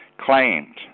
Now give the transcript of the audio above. Claimed